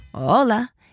Hola